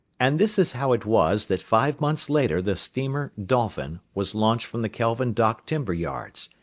and this is how it was that five months later the steamer dolphin was launched from the kelvin dock timber-yards,